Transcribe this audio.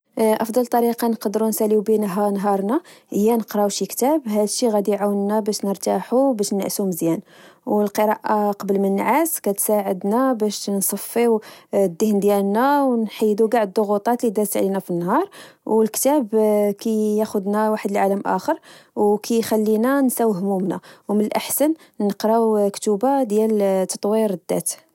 أفضل طريقة نقدرو نساليو بها نهارنا هي نقراو شي كتاب، هاد الشي غادي يعاونا باش باش نرتاحو باش نعسو مزيان. والقراءة قبل من النعاس كتساعدنا باش نصفيو الذهن ديالنا ونحيدو چلع الضغوطات لدازت علينا في النهار.و الكتاب كياخدنا واخد لعالم آخر، وكيخلينا نساو همومنا. من الأحسن نقراو كتوبا ديال تطوير الذات،.